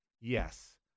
Yes